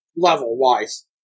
level-wise